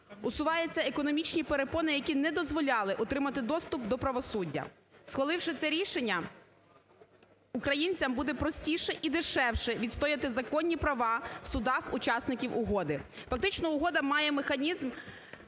усуваються економічні перепони, які не дозволяли отримати доступ до правосуддя. Схваливши це рішення українцям буде простіше і дешевше відстояти законні права в судах учасників угоди. Фактично угода має механізм